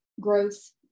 growth